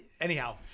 Anyhow